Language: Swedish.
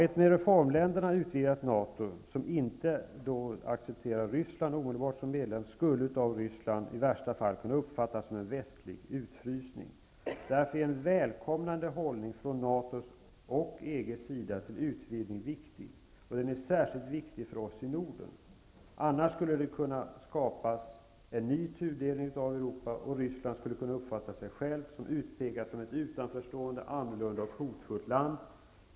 Ett med reformländerna utvidgat NATO som inte omedelbart accepterar Ryssland som medlem skulle av Ryssland i värsta fall kunna uppfattas som en västlig utfrysning. Därför är en välkomnande hållning från NATO:s sida -- och EG:s -- till utvidgning viktig. Den är särskilt viktig för oss i Norden. Annars skulle det kunna bli en ny tudelning av Europa. Ryssland skulle kunna uppfatta sig självt som utpekat som ett utanförstående, annorlunda och hotfullt land.